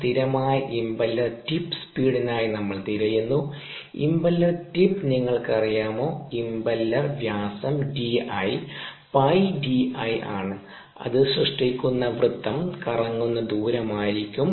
സ്ഥിരമായ impeller tip സ്പീഡിനായി നമ്മൾ തിരയുന്നു ഇംപെല്ലർ ടിപ്പ് നിങ്ങൾക്കറിയാമോ ഇംപെല്ലർ വ്യാസം Di 𝜋𝐷i ആണ് അത് സൃഷ്ടിക്കുന്ന വൃത്തം കറങ്ങുന്ന ദൂരം ആയിരിക്കും